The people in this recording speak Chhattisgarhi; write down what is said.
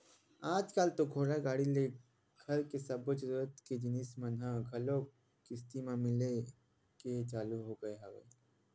आजकल तो गाड़ी घोड़ा ले लेके घर के सब्बो जरुरत के जिनिस मन ह घलोक किस्ती म मिले के चालू होगे हवय